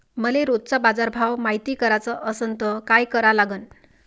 मले रोजचा बाजारभव मायती कराचा असन त काय करा लागन?